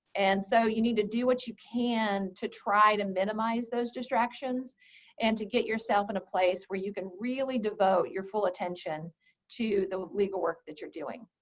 and so you to do what you can to try to minimize those distractions and to get yourself in a place where you can really devote your full attention to the legal work that you're doing.